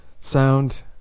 sound